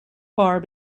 bar